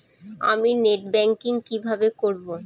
আমি net banking কিভাবে করব?